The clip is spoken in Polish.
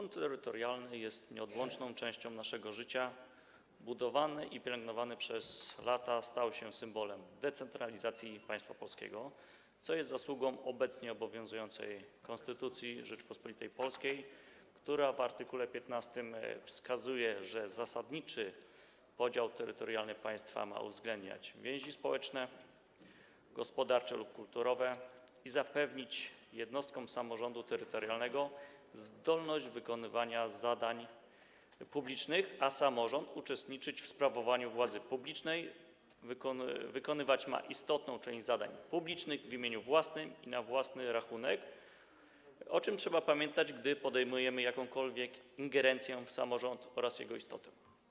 Samorząd terytorialny jest nieodłączną częścią naszego życia, budowany i pielęgnowany przez lata stał się symbolem decentralizacji państwa polskiego, co jest zasługą obecnie obowiązującej Konstytucji Rzeczypospolitej Polskiej, która w art. 15 wskazuje, że zasadniczy podział terytorialny państwa ma uwzględniać więzi społeczne, gospodarcze lub kulturowe i zapewnić jednostkom samorządu terytorialnego zdolność wykonywania zadań publicznych, a samorząd ma uczestniczyć w sprawowaniu władzy publicznej, wykonywać ma istotną część zadań publicznych w imieniu własnym i na własny rachunek, o czym trzeba pamiętać, gdy podejmujemy jakąkolwiek ingerencję w samorząd oraz jego istotę.